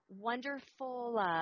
wonderful